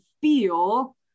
feel